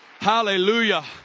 Hallelujah